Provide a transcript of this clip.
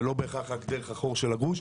ולא בהכרח רק דרך החור של הגרוש.